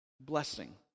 Blessing